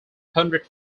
hundred